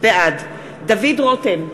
בעד דוד רותם,